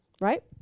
Right